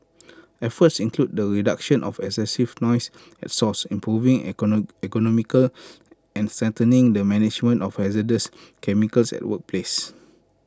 efforts include the reduction of excessive noise at source improving ergonomics and strengthening the management of hazardous chemicals at workplaces